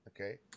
Okay